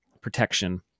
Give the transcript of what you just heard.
protection